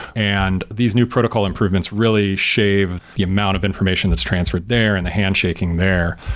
and these new protocol improvements really shave the amount of information that's transferred there and the handshaking there.